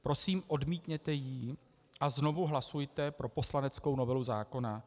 Prosím, odmítněte ji a znovu hlasujte pro poslaneckou novelu zákona.